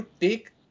take